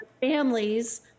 families